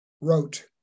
wrote